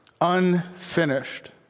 Unfinished